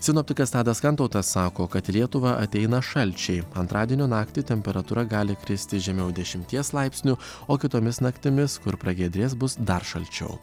sinoptikas tadas kantautas sako kad į lietuvą ateina šalčiai antradienio naktį temperatūra gali kristi žemiau dešimties laipsnių o kitomis naktimis kur pragiedrės bus dar šalčiau